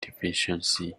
deficiency